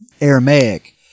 Aramaic